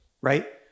Right